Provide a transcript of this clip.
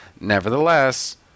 Nevertheless